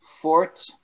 Fort